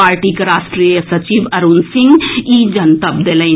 पार्टीक राष्ट्रीय सचिव अरूण सिंह ई जनतब देलनि